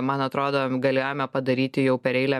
man atrodo galėjome padaryti jau per eilę